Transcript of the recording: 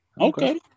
Okay